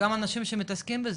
גם אנשים שמתעסקים בזה,